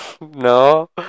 No